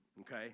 okay